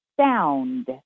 sound